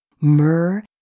Myrrh